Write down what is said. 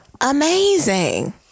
amazing